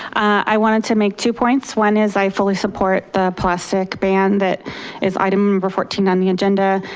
i wanted to make two points. one is, i fully support the plastic ban that is item number fourteen on the agenda.